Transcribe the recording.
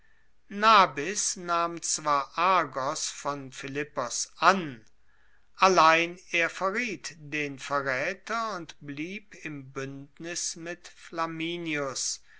nabis nahm zwar argos von philippos an allein er verriet den verraeter und blieb im buendnis mit flamininus